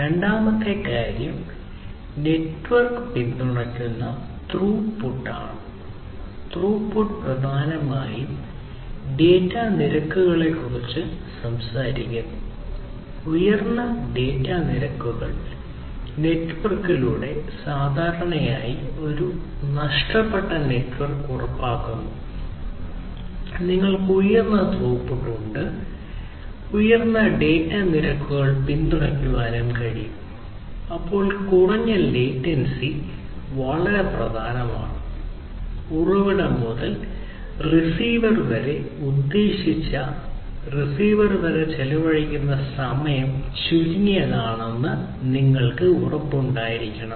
രണ്ടാമത്തെ കാര്യം നെറ്റ്വർക്ക് പിന്തുണയ്ക്കുന്ന ത്രൂപുട്ടാണ് വളരെ പ്രധാനമാണ് ഉറവിടം മുതൽ റിസീവർ വരെ ഉദ്ദേശിച്ച റിസീവർ വരെ ചെലവഴിക്കുന്ന സമയം ചുരുങ്ങിയത് ആണെന്ന് നിങ്ങൾക്ക് ഉറപ്പുണ്ടായിരിക്കണം